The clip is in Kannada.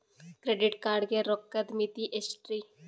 ಕ್ರೆಡಿಟ್ ಕಾರ್ಡ್ ಗ ರೋಕ್ಕದ್ ಮಿತಿ ಎಷ್ಟ್ರಿ?